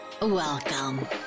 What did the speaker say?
Welcome